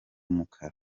mukara